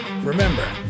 Remember